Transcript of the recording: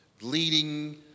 leading